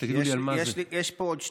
יש פה עוד שתיים.